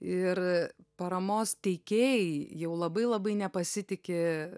ir paramos teikėjai jau labai labai nepasitiki